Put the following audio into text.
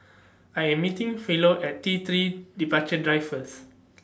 I Am meeting Philo At T three Departure Drive First